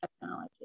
technology